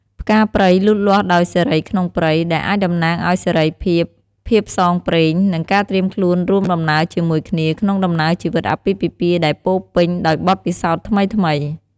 ផ្កាព្រៃលូតលាស់ដោយសេរីក្នុងព្រៃ ដែលអាចតំណាងឱ្យ សេរីភាព ភាពផ្សងព្រេង និងការត្រៀមខ្លួនរួមដំណើរជាមួយគ្នា ក្នុងដំណើរជីវិតអាពាហ៍ពិពាហ៍ដែលពោរពេញដោយបទពិសោធន៍ថ្មីៗ។